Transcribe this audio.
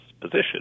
position